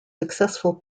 successful